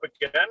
again